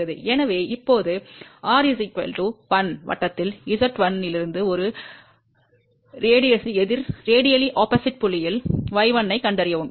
எனவே இப்போது r 1 வட்டத்தில் z1 இலிருந்து ஒரு கதிரியக்க எதிர் புள்ளியில் y1 ஐக் கண்டறியவும்